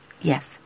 Yes